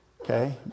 okay